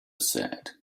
said